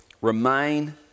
remain